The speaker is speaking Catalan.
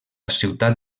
ciutat